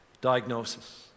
diagnosis